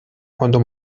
cuando